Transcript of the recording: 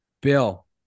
Bill